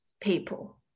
people